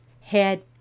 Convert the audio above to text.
head